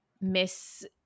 miss